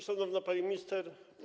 Szanowna Pani Minister!